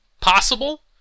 possible